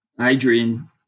Adrian